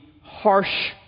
harsh